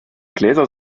gläser